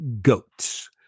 goats